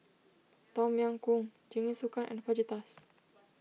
Tom Yam Goong Jingisukan and Fajitas